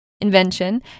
Invention